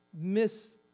miss